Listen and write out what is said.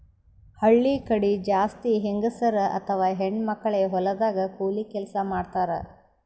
ಹಳ್ಳಿ ಕಡಿ ಜಾಸ್ತಿ ಹೆಂಗಸರ್ ಅಥವಾ ಹೆಣ್ಣ್ ಮಕ್ಕಳೇ ಹೊಲದಾಗ್ ಕೂಲಿ ಕೆಲ್ಸ್ ಮಾಡ್ತಾರ್